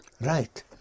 Right